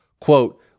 Quote